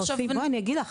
אני אגיד לך,